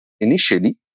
initially